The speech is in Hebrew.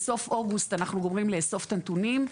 בסוף אוגוסט, אנחנו גומרים לאסוף את הנתונים.